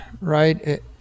right